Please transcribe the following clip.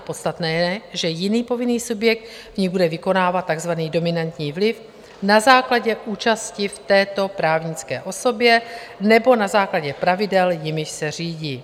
Podstatné je, že jiný povinný subjekt v ní bude vykonávat takzvaný dominantní vliv na základě účasti v této právnické osobě nebo na základě pravidel, jimiž se řídí.